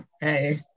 hey